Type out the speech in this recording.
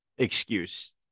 excuse